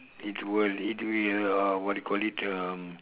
it's will it will uh what do you call it um